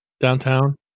downtown